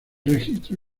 registro